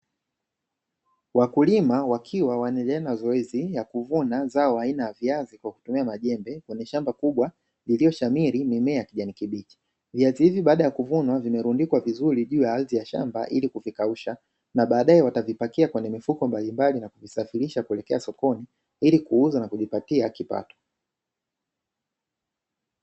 Wakulima wakiwa wanalima zao la viazi,, kwa kutumia kwa ajili ya kuvivuna na kusafirisha ili kujipatia kipato.